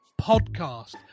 podcast